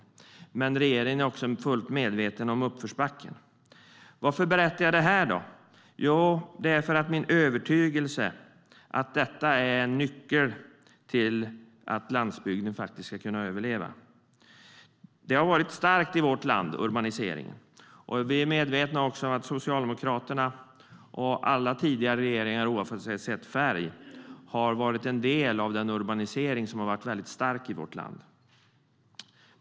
Men jag sa också att regeringen är fullt medveten om uppförsbacken. Varför berättar jag det? Jo, för det är min övertygelse att det är nyckeln till att landsbygden ska kunna överleva. Urbaniseringen har varit stark i vårt land, och vi är medvetna om att Socialdemokraterna och alla tidigare regeringar, oavsett färg, bidragit till den urbanisering som varit stark i vårt land.